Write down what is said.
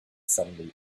suddenly